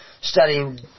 studying